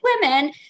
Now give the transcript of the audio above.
women